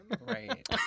Right